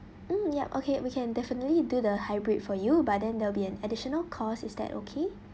mm yup okay we can definitely do the hybrid for you but then there will be an additional cost is that okay